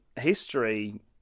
history